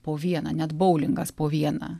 po vieną net boulingas po vieną